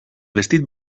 vestit